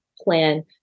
plan